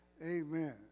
Amen